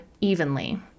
evenly